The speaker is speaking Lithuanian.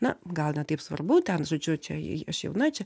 na gal ne taip svarbu ten žodžiu čia aš jauna čia